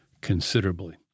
considerably